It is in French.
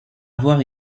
avoir